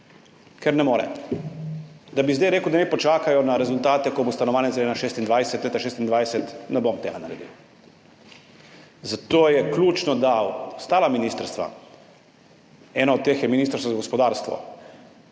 ker ne more. Da bi zdaj rekel, da naj počakajo na rezultate, ko bo stanovanje zgrajeno leta 2026, ne bom tega naredil, zato je ključno, da ostala ministrstva, eno od teh je Ministrstvo za gospodarstvo,